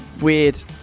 weird